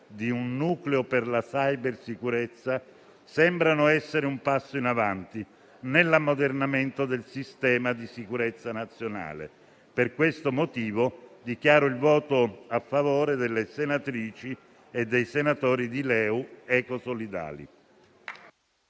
del nucleo per la cybersicurezza sembra essere un passo in avanti nell'ammodernamento del sistema di sicurezza nazionale. Per questo motivo, dichiaro il voto a favore delle senatrici e dei senatori di Liberi